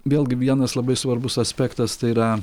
vėlgi vienas labai svarbus aspektas tai yra